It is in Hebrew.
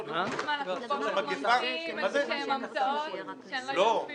זה לא יכול להיות.